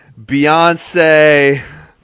Beyonce